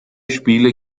spiele